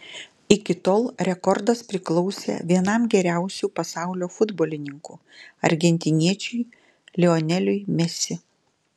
iki tol rekordas priklausė vienam geriausių pasaulio futbolininkų argentiniečiui lioneliui mesi